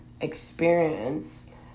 experience